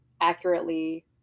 accurately